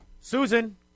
Susan